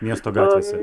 miesto gatvėse